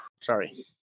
Sorry